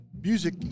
Music